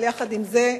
אבל יחד עם זה,